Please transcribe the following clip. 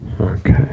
Okay